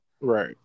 Right